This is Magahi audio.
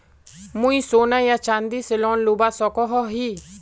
मुई सोना या चाँदी से लोन लुबा सकोहो ही?